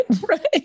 Right